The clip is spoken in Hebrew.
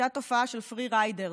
הייתה תופעה של free rider,